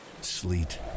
sleet